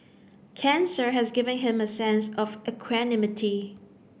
cancer has given him a sense of equanimity